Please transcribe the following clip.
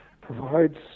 provides